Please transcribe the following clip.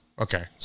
Okay